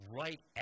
right